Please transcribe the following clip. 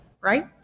right